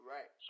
Right